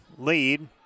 lead